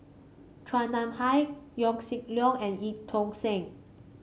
Chua Nam Hai Yaw Shin Leong and Eu Tong Sen